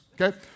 okay